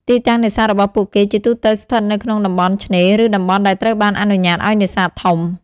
ទីតាំងនេសាទរបស់ពួកគេជាទូទៅស្ថិតនៅក្នុងតំបន់ ឆ្នេរ ឬតំបន់ដែលត្រូវបានអនុញ្ញាតឱ្យនេសាទធំ។